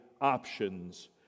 options